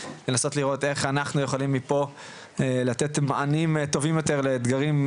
לנסות לראות איך אנחנו יכולים מפה לתת מענים טובים יותר לאתגרים,